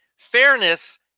Fairness